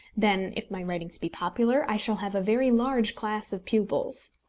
then, if my writings be popular, i shall have a very large class of pupils.